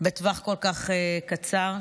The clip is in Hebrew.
בטווח כל כך קצר.